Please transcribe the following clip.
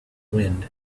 wind